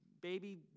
baby